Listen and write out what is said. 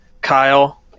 kyle